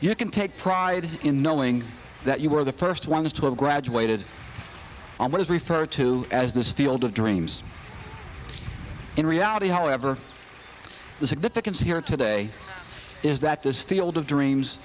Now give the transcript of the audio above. you can take pride in knowing that you were the first ones to a graduated on what is referred to as this field of dreams in reality however the significance here today is that this field of dreams